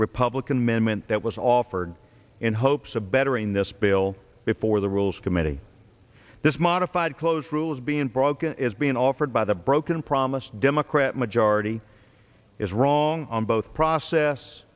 amendments that was offered in hopes a better in this bill before the rules committee this modified close rules being broken is being offered by the broken promise democrat majority is wrong on both process